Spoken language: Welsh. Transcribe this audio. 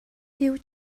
huw